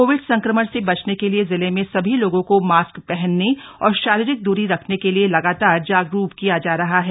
Covid संक्रमण से बचने के लिए जिले में सभी लोगों को मास्क पहनने और शारीरिक द्री रखने के लिए लगातार जागरूक किया जा रहा है